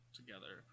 together